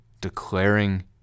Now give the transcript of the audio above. declaring